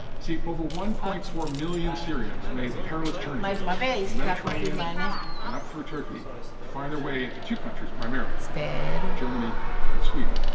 see, over one point four million syrians made the perilous journey through the mediterranean and up through turkey to find their way into two countries, primarily germany and sweden.